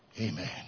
Amen